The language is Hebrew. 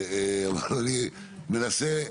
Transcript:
ואני מנסה,